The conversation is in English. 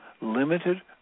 limited